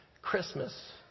Christmas